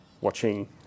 watching